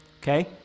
okay